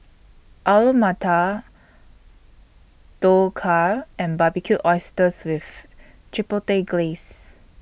Alu Matar Dhokla and Barbecued Oysters with Chipotle Glaze